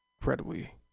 Incredibly